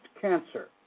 cancer